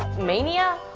mania?